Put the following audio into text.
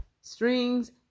Strings